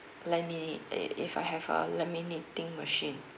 lami~ eh if I have a laminating machine